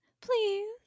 Please